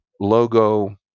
logo